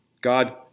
God